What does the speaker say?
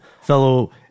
Fellow